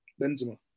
Benzema